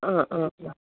आं आं आं